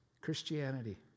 Christianity